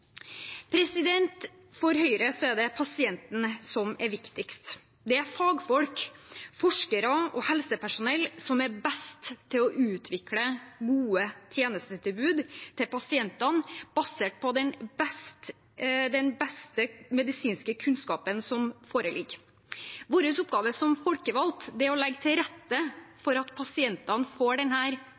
For Høyre er det pasienten som er viktigst. Det er fagfolk, forskere og helsepersonell som er best til å utvikle gode tjenestetilbud til pasientene basert på den beste medisinske kunnskapen som foreligger. Vår oppgave som folkevalgte er å legge til rette for at pasientene får den